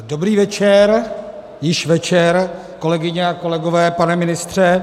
Dobrý večer, již večer, kolegyně a kolegové a pane ministře.